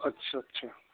अच्छा अच्छा